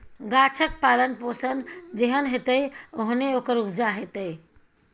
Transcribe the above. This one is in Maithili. गाछक पालन पोषण जेहन हेतै ओहने ओकर उपजा हेतै